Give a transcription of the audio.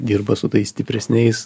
dirba su tais stipresniais